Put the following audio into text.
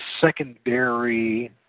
secondary